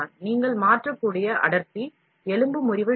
அதாவது நீங்கள் அடர்த்தியை மாற்றலாம்